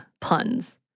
puns